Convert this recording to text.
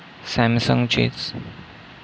सॅमसंगचीच